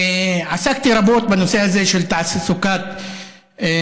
עסקתי רבות בנושא הזה של תעסוקת ערבים,